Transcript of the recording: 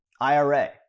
IRA